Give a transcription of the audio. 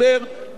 ולכן,